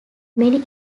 many